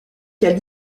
cas